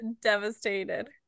devastated